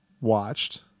watched